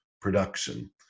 production